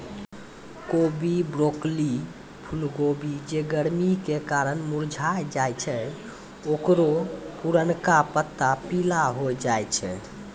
कोबी, ब्रोकली, फुलकोबी जे गरमी के कारण मुरझाय जाय छै ओकरो पुरनका पत्ता पीला होय जाय छै